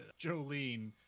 Jolene